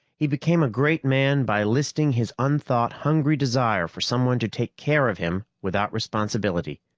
he became a great man by listing his unthought, hungry desire for someone to take care of him without responsibility.